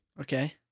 okay